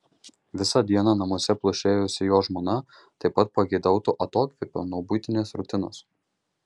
visą dieną namuose plušėjusi jo žmona taip pat pageidautų atokvėpio nuo buitinės rutinos